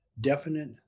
definite